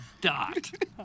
dot